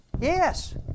Yes